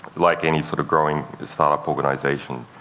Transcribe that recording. like any sort of growing startup organization,